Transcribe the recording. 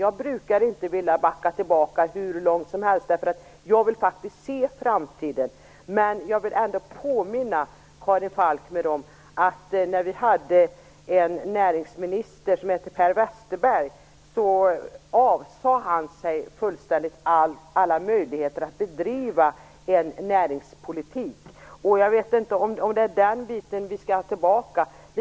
Jag brukar inte vilja backa tillbaka hur långt som helst, därför att jag vill se framtiden, men jag vill ändå påminna Karin Falkmer om att när vi hade en näringsminister som hette Per Westerberg avsade han sig fullständigt alla möjligheter att bedriva en näringspolitik. Jag vet inte om det är det vi skall ha tillbaka.